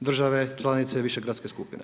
države članice Višegradske skupine.